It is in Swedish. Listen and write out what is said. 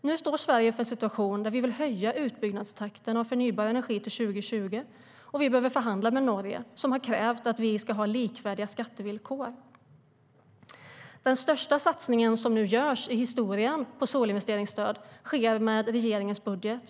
Nu står Sverige inför en situation där vi vill höja utbyggnadstakten för förnybar energi fram till 2020 och behöver förhandla med Norge, som har krävt att vi ska ha likvärdiga skattevillkor. Den största satsningen i historien på solinvesteringsstöd görs nu med regeringens budget.